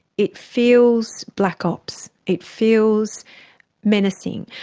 it feels black ops. it feels menacing.